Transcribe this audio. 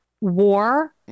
war